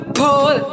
pull